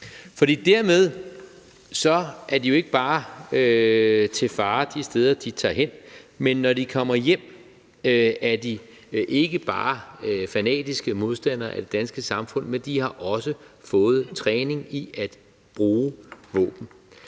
For dermed er de ikke bare til fare de steder, de tager hen, men når de kommer hjem, er de ikke bare fanatiske modstandere af det danske samfund, men de har også fået træning i at bruge våben.